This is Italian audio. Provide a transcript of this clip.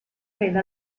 preda